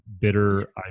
bitter